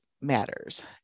matters